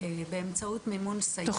באמצעות מימון סייעת.